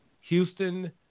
Houston